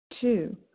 Two